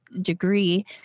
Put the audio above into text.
degree